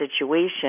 situation